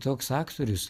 toks aktorius